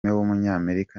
w’umunyamerika